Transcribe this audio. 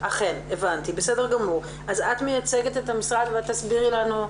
את מייצגת את המשרד, ואת תסבירי לנו,